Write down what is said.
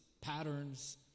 patterns